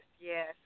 Yes